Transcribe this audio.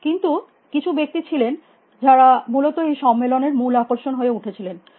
কিন্তু কিছু ব্যক্তি ছিলেন যারা মূলত এই সম্মেলনের মূল আকর্ষণ হয়ে উঠেছিলেন